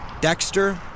Dexter